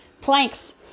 planks